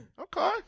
Okay